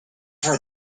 her